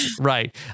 Right